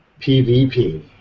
PvP